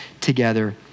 together